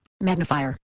Magnifier